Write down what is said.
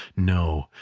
no,